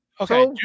Okay